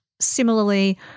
Similarly